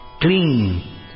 Clean